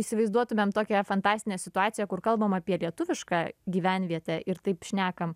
įsivaizduotumėm tokią fantastinę situaciją kur kalbam apie lietuvišką gyvenvietę ir taip šnekam